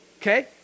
okay